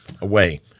away